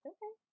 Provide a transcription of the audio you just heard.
Okay